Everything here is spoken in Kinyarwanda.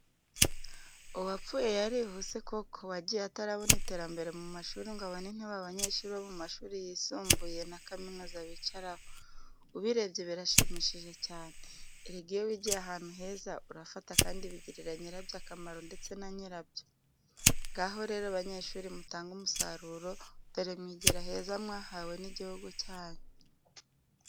Uwapfuye yarihuse koko! Wagiye atarabona iterambere mu mashuri ngo abone intebe abanyeshuri bo mu mashuri yisumboye na kaminuza bicaraho, ubirebye birashimishije cyane. Erega iyo wigiye ahantu heza urafata kandi bigirira nyirabyo akamaro ndetse na nyirabyo. Ngaho rero banyeshuri mutange umusaruro dore mwigira heza mwahawe n'igihugu cyanyu.